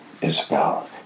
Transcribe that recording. Isabel